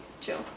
chill